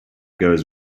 goes